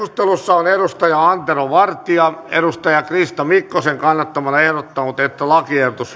kolmannessa täysistunnossa keskustelussa on antero vartia krista mikkosen kannattamana ehdottanut että